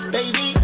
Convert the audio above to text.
Baby